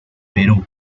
perú